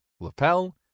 lapel